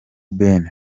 ben